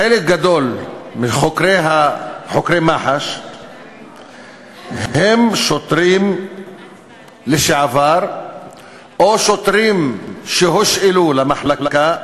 חלק גדול מחוקרי מח"ש הם שוטרים לשעבר או שוטרים שהושאלו למחלקה,